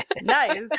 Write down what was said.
Nice